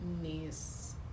niece